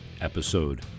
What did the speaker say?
episode